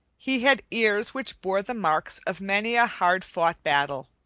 he had ears which bore the marks of many a hard-fought battle,